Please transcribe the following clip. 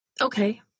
okay